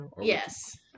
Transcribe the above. yes